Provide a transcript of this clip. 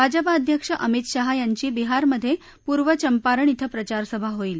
भाजपा अध्यक्ष अमित शहा यांची बिहारमधे पूर्व चंपारण क्षे प्रचारसभा होईल